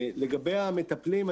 לגבי המטפלים,